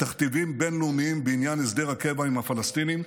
תכתיבים בין-לאומיים בעניין הסדר הקבע עם הפלסטינים.